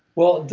well,